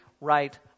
right